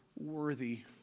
worthy